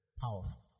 powerful